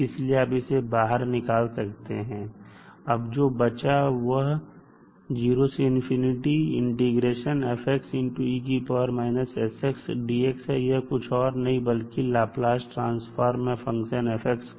इसलिए आप इसे बाहर निकाल सकते हैं अब जो बचा यह कुछ और नहीं बल्कि लाप्लास ट्रांसफॉर्म है फंक्शन f का